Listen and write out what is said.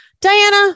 Diana